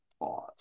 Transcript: pause